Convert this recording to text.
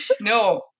no